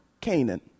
Canaan